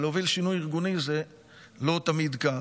להוביל שינוי ארגוני זה לא תמיד קל.